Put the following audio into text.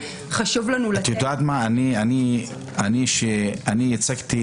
אני ייצגתי